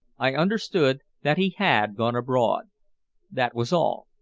i understood that he had gone abroad that was all.